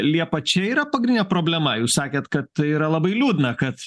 liepa čia yra pagrindinė problema jūs sakėt kad tai yra labai liūdna kad